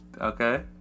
Okay